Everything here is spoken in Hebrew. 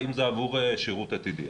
האם זה עבור שירות עתידי.